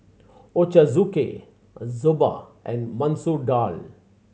Ochazuke Soba and Masoor Dal